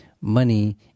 money